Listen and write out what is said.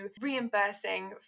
reimbursing